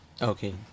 Okay